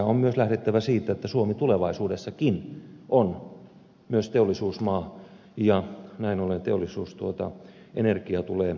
on myös lähdettävä siitä että suomi tulevaisuudessakin on myös teollisuusmaa ja näin ollen teollisuus tuota energiaa tulee tarvitsemaan